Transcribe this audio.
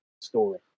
story